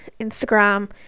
Instagram